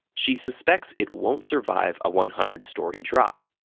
she suspects it won't survive a one hundred story drop.